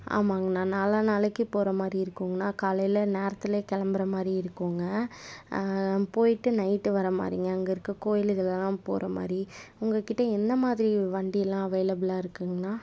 ஆமாங்கணா நாளை நாளைக்கி போகிற மாதிரி இருக்குங்கணா காலையில் நேரத்திலே கிளம்புற மாதிரி இருக்குங்க போய்ட்டு நைட் வர மாதிரிங்க அங்கே இருக்க கோயில் இதிலெல்லாம் போகிற மாதிரி உங்கக்கிட்ட எந்த மாதிரி வண்டியெல்லாம் அவைலபுளாக இருக்குங்கணா